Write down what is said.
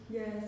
Yes